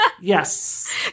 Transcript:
Yes